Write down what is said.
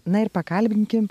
na ir pakalbinkim